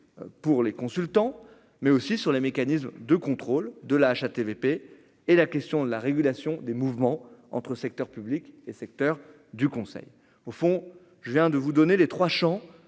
pour les consultants, mais aussi sur les mécanismes de contrôle de la HATVP et la question de la régulation des mouvements entre secteur public et secteur du conseil au fond, je viens de vous donner les 3 champs